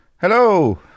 Hello